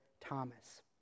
Thomas